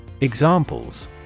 Examples